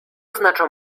znaczą